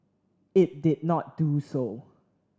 it did not do so